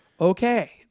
Okay